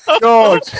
God